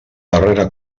darrera